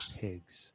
pigs